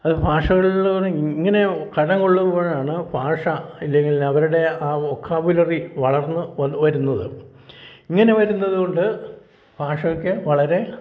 അത് ഭാഷകളിൽ നിന്ന് ഇങ്ങനെ കടം കൊള്ളുമ്പോഴാണ് ഭാഷ അല്ലെങ്കിൽ അവരുടെ ആ വൊക്കാബിലറി വളർന്ന് വരുന്നത് ഇങ്ങനെ വരുന്നത് കൊണ്ട് ഭാഷക്ക് വളരെ